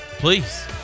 please